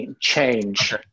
change